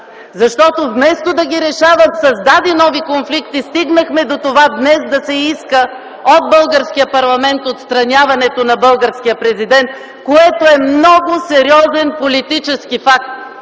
защото вместо да ги решава, създаде нови конфликти, стигнахме до това днес да се иска от българския парламент отстраняването на българския президент, което е много сериозен политически факт!